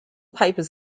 papers